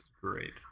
great